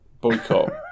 Boycott